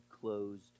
closed